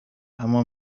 اما